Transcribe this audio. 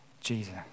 Jesus